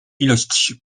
ilość